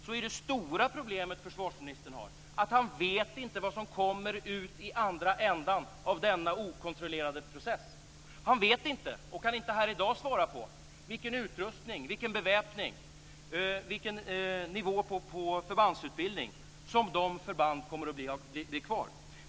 Då är det stora problemet försvarsministern har, att han inte vet vad som kommer ut i andra ändan av denna okontrollerade process. Han vet inte, och kan inte här i dag svara på, vilken utrustning, vilket beväpning, vilken nivå på förbandsutbildning som de förband som blir kvar kommer att ha.